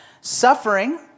Suffering